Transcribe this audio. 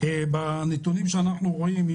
בנתונים שאנחנו רואים,